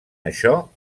això